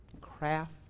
craft